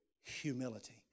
humility